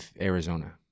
Arizona